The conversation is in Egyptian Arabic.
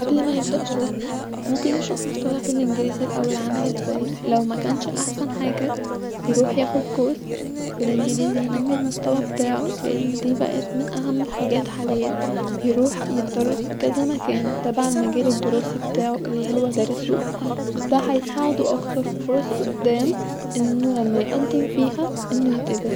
قبل ما يبدء شغل يشوف مستواه في الانجليزي الاول عامل ازاي لو مكنش احسن حاجه-يروح ياخد كورس ينمي المستوي بتاعو لان دي بقيت من اهم الحاجات حاليا-يروح يتدرب في كذا مكان تبع المجال الدراسي بتاعو الي هو دارسو-دا هيساعدو اكتر في فرص قدام لما يقدم فيها يتقبل فيها